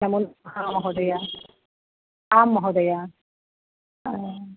नमो नमः महोदय आं महोदय